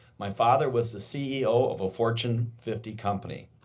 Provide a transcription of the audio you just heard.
my father was the ceo of a fortune fifty company.